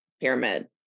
pyramid